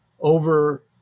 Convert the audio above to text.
Over